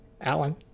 Alan